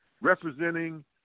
representing